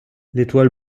l’étoile